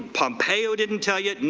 pompeo didn't tell you,